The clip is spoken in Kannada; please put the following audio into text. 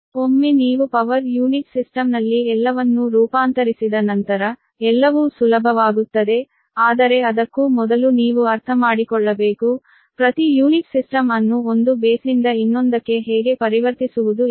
ಒಮ್ಮೆ ನೀವು ಪವರ್ ಯೂನಿಟ್ ಸಿಸ್ಟಂನಲ್ಲಿ ಎಲ್ಲವನ್ನೂ ರೂಪಾಂತರಿಸಿದ ನಂತರ ಎಲ್ಲವೂ ಸುಲಭವಾಗುತ್ತದೆ ಆದರೆ ಅದಕ್ಕೂ ಮೊದಲು ನೀವು ಅರ್ಥಮಾಡಿಕೊಳ್ಳಬೇಕು ಪ್ರತಿ ಯೂನಿಟ್ ಸಿಸ್ಟಮ್ ಅನ್ನು ಒಂದು ಬೇಸ್ನಿಂದ ಇನ್ನೊಂದಕ್ಕೆ ಹೇಗೆ ಪರಿವರ್ತಿಸುವುದು ಎಂದು